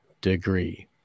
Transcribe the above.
Degree